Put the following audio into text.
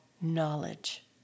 knowledge